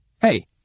Hey